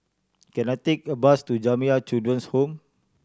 can I take a bus to Jamiyah Children's Home